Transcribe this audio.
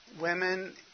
women